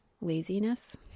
laziness